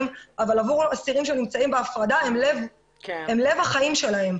אבל עבור האסירים שנמצאים בהפרדה הם לב החיים שלהם.